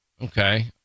Okay